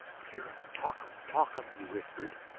hear um talkum talkum, he whispered.